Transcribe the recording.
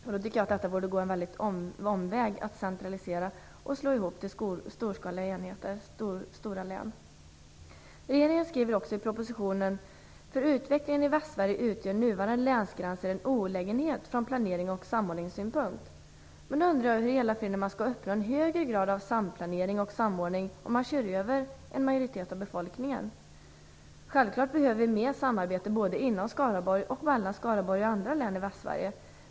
Därför vore det att gå en väldig omväg, att centralisera och göra sammanslagningar till storskaliga enheter, stora län. Regeringen skriver också i propositionen: "För utvecklingen i Västsverige utgör nuvarande länsgränser en olägenhet från planerings och samordningssynpunkt." Men jag undrar då hur i hela friden man skall kunna uppnå en högre grad av samplanering och samordning, om man kör över en majoritet av befolkningen. Självfallet behöver vi mer samarbete, både inom Västsverige.